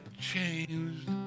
changed